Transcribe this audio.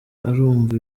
arumva